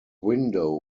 window